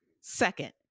Second